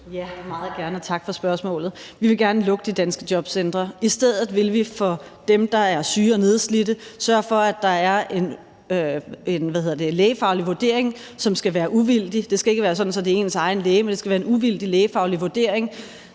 Ja, meget gerne, og tak for spørgsmålet. Vi vil gerne lukke de danske jobcentre, og i stedet vil vi for dem, der er syge og nedslidte, sørge for, at der er en lægefaglig vurdering, som skal være uvildig. Det skal ikke være sådan, at det er ens egen læge, men det skal være en uvildig lægefaglig vurdering,